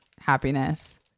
happiness